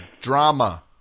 Drama